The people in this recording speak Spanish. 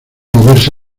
moverse